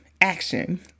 Action